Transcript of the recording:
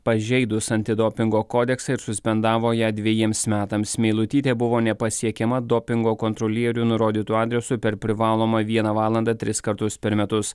pažeidus antidopingo kodeksą ir suspendavo ją dvejiems metams meilutytė buvo nepasiekiama dopingo kontrolierių nurodytu adresu per privalomą vieną valandą tris kartus per metus